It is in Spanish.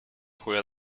juega